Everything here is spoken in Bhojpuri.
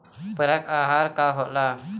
पुरक अहार का होला?